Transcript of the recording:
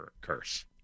curse